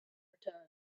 returning